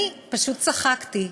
אני פשוט צחקתי,